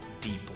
deeply